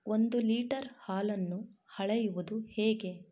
ಒಂದು ಲೀಟರ್ ಹಾಲನ್ನು ಅಳೆಯುವುದು ಹೇಗೆ